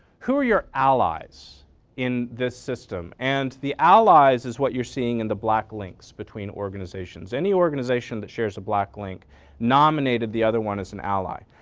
who are your allies in this system and the allies is what you're seeing in the black links between organizations. any organization that shares the black link nominated the other one as an ally.